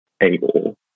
angle